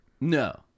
No